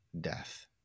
death